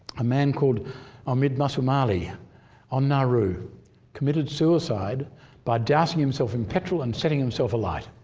a man called omid masoumali on nauru committed suicide by dousing himself in petrol and setting himself alight.